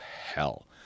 hell